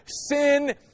sin